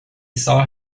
saw